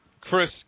Chris